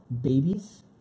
babies